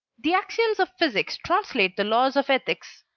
the axioms of physics translate the laws of ethics.